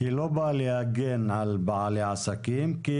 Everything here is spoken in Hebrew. והיא לא באה להגן על בעלי העסקים כי